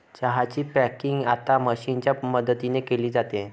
चहा ची पॅकिंग आता मशीनच्या मदतीने केली जाते